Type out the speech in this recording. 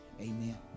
Amen